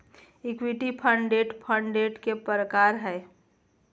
equity fund, debt fund fund के प्रकार हय